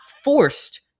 forced